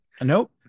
nope